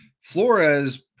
Flores